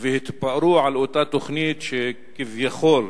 והתפארו באותה תוכנית שכביכול,